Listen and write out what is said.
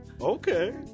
okay